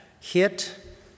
hit